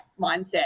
mindset